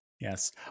Yes